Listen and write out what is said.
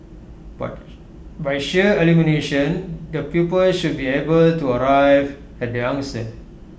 but by sheer elimination the pupils should be able to arrive at the answer